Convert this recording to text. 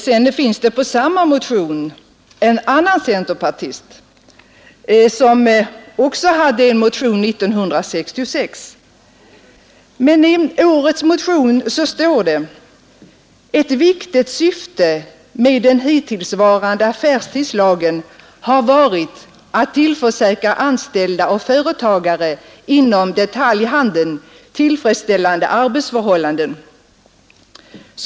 Samma motion är undertecknad av en annan centerpartist, som också inlämnade en motion 1966. I årets motion heter det: ”Ett viktigt syfte med den hittillsvarande affärstidslagstiftningen har varit att tillförsäkra anställda och företagare inom detaljhandeln tillfredsställande arbetsförhållanden.